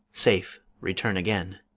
safe return again!